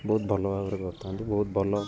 ବହୁତ ଭଲ ଭାବରେ କରିଥାନ୍ତି ବହୁତ ଭଲ